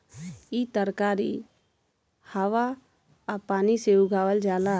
इ तरकारी हवा आ पानी से उगावल जाला